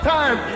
time